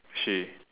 she